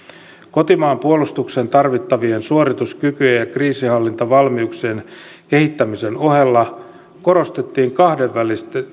kotimaan puolustukseen tarvittavien suorituskykyjen ja kriisinhallintavalmiuksien kehittämisen ohella korostettiin kahdenvälisen